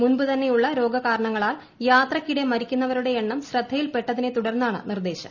മുൻപു തന്നെയുള്ള രോഗ കാരണങ്ങളാൽ യാത്രയ്ക്കിടെ മരിക്കുന്നവരുടെ എണ്ണം ശ്രദ്ധയിൽപ്പെട്ടതിനെ തുടർന്നാണ് നിർദ്ദേശം